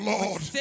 Lord